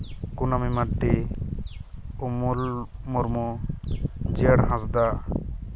ᱠᱩᱱᱟᱹᱢᱤ ᱢᱟᱱᱰᱤ ᱩᱢᱩᱞ ᱢᱩᱨᱢᱩ ᱡᱤᱭᱟᱹᱲ ᱦᱟᱸᱥᱫᱟ